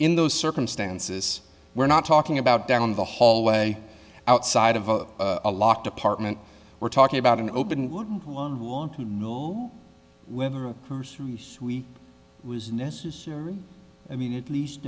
in those circumstances we're not talking about down the hallway outside of a a locked apartment we're talking about an open would one want to mill whether a cursory sweep was necessary i mean at least